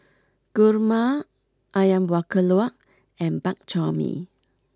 Kurma Ayam Buah Keluak and Bak Chor Mee